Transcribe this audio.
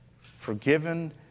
forgiven